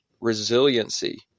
resiliency